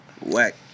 Whack